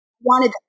Wanted